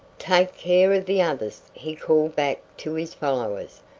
take care of the others! he called back to his followers.